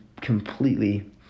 completely